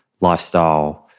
lifestyle